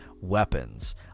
weapons